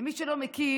למי שלא מכיר,